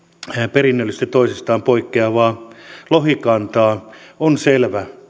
perinnöllisesti toisistaan poikkeavaa lohikantaa on selvää